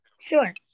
Sure